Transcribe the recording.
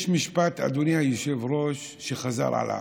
יש משפט, אדוני היושב-ראש, שחזר על עצמו: